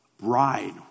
bride